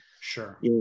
Sure